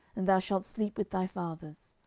and thou shalt sleep with thy fathers,